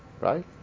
Right